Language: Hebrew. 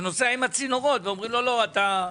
שנוסע עם צינורות ואומרים לא אתה.